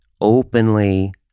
Openly